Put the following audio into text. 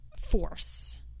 force